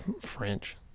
French